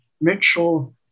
Mitchell